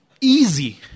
easy